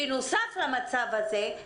בנוסף למצב הזה,